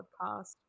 podcast